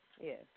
Yes